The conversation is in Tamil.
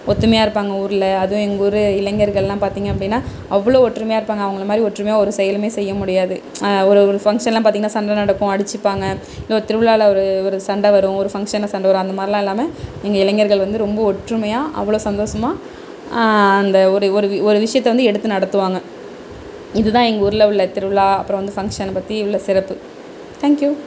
ஒத்துமையாக இருப்பாங்க ஊரில் அதுவும் எங்கள் ஊர் இளைஞர்களாம் பார்த்திங்க அப்படினா அவ்வளோ ஒற்றுமையாக இருப்பாங்க அவங்க மாதிரி ஒற்றுமையாக ஒரு செயலும் செய்ய முடியாது ஒரு ஃபங்ஷன்லாம் பார்த்தீங்ன்னா சண்டை நடக்கும் அடித்துப்பாங்க திருவிழாவில் ஒரு சண்டை வரும் ஃபங்ஷனில் சண்டை வரும் அந்த மாதிரி இல்லாமல் எங்கள் இளைஞர்கள் வந்து ஒற்றுமையாக அவ்வளோ சந்தோஷமா அந்த ஒரு ஒரு ஒரு விஷயத்தை வந்து எடுத்து நடத்துவாங்க இதுதான் எங்க ஊரில் உள்ள திருவிழா அப்றம் ஃபங்ஷனை பற்றி உள்ள சிறப்பு தேங்க்யூ